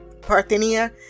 parthenia